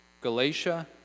Galatia